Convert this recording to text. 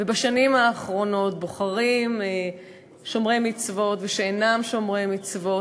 ובשנים האחרונות בוחרים שומרי מצוות ושאינם שומרי מצוות